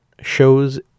shows